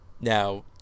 Now